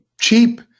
cheap